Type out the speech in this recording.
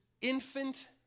infant